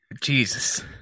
Jesus